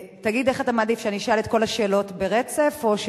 חבר הכנסת מולה הוא אדם יעיל.